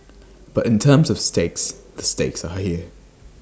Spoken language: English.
but in terms of stakes the stakes are here